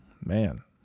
Man